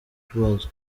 bibazo